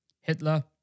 Hitler